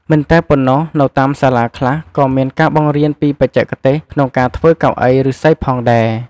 មិនតែប៉ុណ្ណោះ នៅតាមសាលាខ្លះ ក៏មានការបង្រៀនពីបច្ចេកទេសក្នងការធ្វើកៅអីឫស្សីផងដែរ។